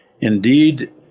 Indeed